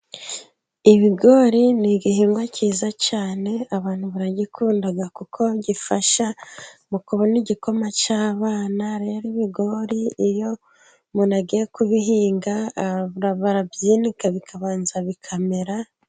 Ibigori ni igihingwa cyiza cyane abantu baragikunda, kuko gifasha mj kubona igikoma cy'abana, rero ibigori iyo umuntu agiye kubihinga, barabyinika bikabanza bikamera.